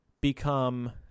become –